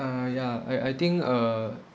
uh ya I I think uh